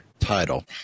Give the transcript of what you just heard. title